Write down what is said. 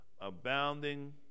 abounding